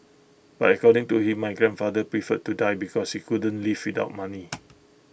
but according to him my grandfather preferred to die because he couldn't live without money